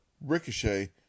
Ricochet